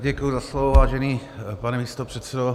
Děkuji za slovo, vážený pane místopředsedo.